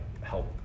help